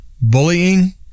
bullying